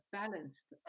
balanced